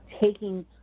taking